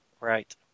Right